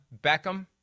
Beckham